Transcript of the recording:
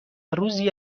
روزی